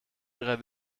ihrer